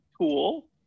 tool